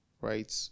Right